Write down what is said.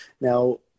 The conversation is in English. Now